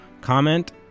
comment